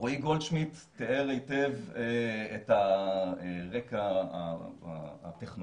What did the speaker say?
רועי גולדשמידט תיאר היטב את הרקע הטכנולוגי,